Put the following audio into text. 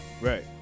Right